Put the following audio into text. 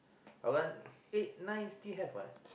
eight nine still have what